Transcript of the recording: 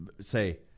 say